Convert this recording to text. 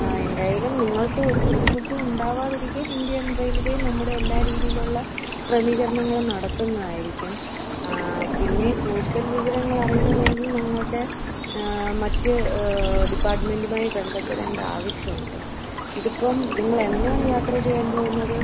ആ എന്തായാലും നിങ്ങൾക്ക് ഒര് ബുദ്ധിമുട്ടും ഉണ്ടാവാതിരിക്കാൻ ഇന്ത്യൻ റെയിൽവേ നമ്മുടെ എല്ലാ രീതിയിലും ഉള്ള ക്രമീകരണങ്ങളും നടത്തുന്നതായിരിക്കും പിന്നെ കൂട്തൽ വിവരങ്ങളറിയണമെങ്കിൽ ഞങ്ങളുടെ മറ്റ് ഡിപ്പാർട്ട്മെൻറ്റുമായി ബന്ധപ്പെടേണ്ട ആവശ്യമുണ്ട് ഇതിപ്പം നിങ്ങൾ എന്നാണ് യാത്ര ചെയ്യാൻ പോകുന്നത്